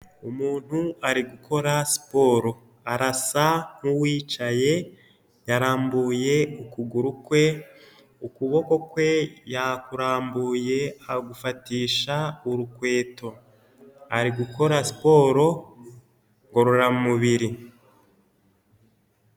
Umuntu ari gukora siporo, arasa nk'uwicaye yarambuye ukuguru kwe, ukuboko kwe yakurambuye agufatisha urukweto, ari gukora siporo ngororamubiri.